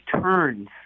turns